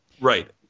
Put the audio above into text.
Right